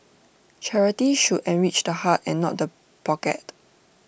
charity should enrich the heart and not the pocket